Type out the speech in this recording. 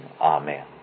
Amen